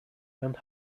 and